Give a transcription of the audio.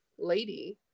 Lady